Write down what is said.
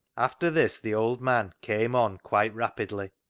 after this the old man came on quite rapidly,